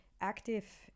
active